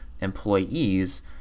employees